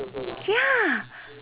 ya